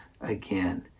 again